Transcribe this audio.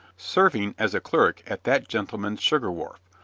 serving as a clerk at that gentleman's sugar wharf,